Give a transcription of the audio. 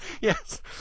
Yes